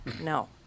no